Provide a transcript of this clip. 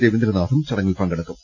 രവീന്ദ്രനാഥും ചടങ്ങിൽ പങ്കെടുക്കും